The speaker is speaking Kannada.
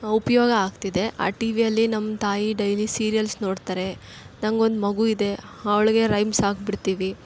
ಉಪಯೋಗ ಆಗ್ತಿದೆ ಆ ಟಿ ವಿಯಲ್ಲಿ ನಮ್ಮ ತಾಯಿ ಡೈಲಿ ಸೀರಿಯಲ್ಸ್ ನೋಡ್ತಾರೆ ನನಗೊಂದು ಮಗು ಇದೆ ಅವ್ಳಿಗೆ ರೈಮ್ಸ್ ಹಾಕ್ಬಿಡ್ತಿವಿ